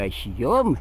aš jum